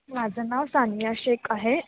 माझं नाव सानिया शेख आहे